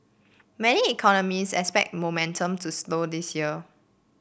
many economist expect momentum to slow this year